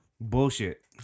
Bullshit